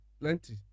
plenty